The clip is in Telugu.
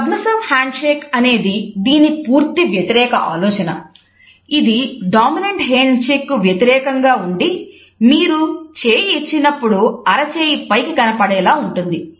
సబ్మిస్సివ్ హ్యాండ్షేక్ కు వ్యతిరేకంగా ఉండి మీరు చేయి ఇచ్చినప్పుడు అరచేయి పైకి కనపడేలా ఉంటుంది